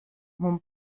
mon